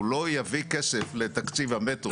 הוא לא יביא כסף לתקציב המטרו.